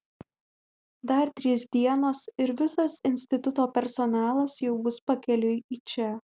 dar trys dienos ir visas instituto personalas jau bus pakeliui į čia